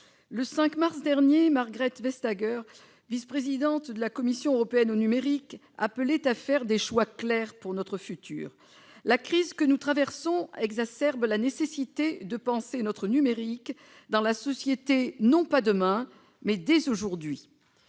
Le 5 mars dernier, Margrethe Vestager, vice-présidente de la Commission européenne chargée du numérique, appelait à faire des choix clairs pour notre futur. La crise que nous traversons exacerbe la nécessité de penser la place du numérique dans la société non pas demain, mais dès aujourd'hui.